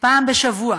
פעם בשבוע,